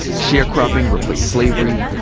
sharecropping replaced slavery.